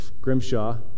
Grimshaw